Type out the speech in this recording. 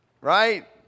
right